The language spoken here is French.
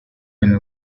une